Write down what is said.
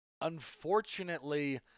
unfortunately